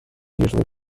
usually